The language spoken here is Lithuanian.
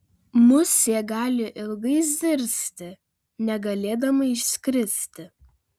musė gali ilgai zirzti negalėdama išskristi